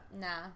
Nah